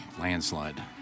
Landslide